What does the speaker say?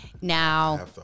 Now